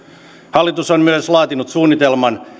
hallitus on myös laatinut suunnitelman